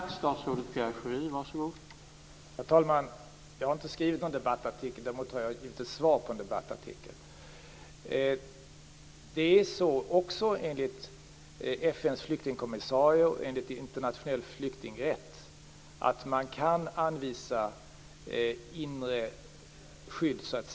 Herr talman! Jag har inte skrivit någon debattartikel. Däremot har jag givit ett svar på en debattartikel. Enligt FN:s flyktingkommissarie och enligt internationell flyktingrätt kan vi anvisa inre skydd.